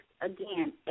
Again